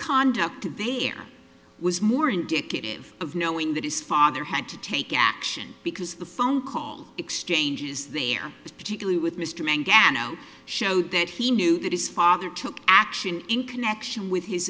conduct of the air was more indicative of knowing that his father had to take action because the phone call exchanges there particularly with mr mann gana showed that he knew that his father took action in connection with his